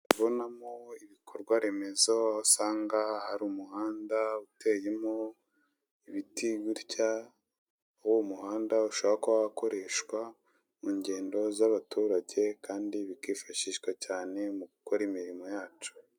Ndi kubonamo ibikorwa remezo usanga hari umuhanda uteyemo ibiti gutya, uwo muhanda ushobora kuba wakoreshwa mu ngendo z'abaturage kandi bikifashishwa cyane mu gukora imirimo yacu.